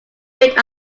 bit